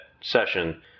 session